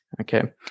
Okay